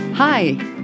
Hi